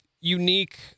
unique